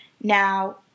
Now